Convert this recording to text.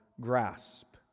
grasp